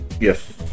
Yes